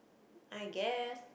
I guess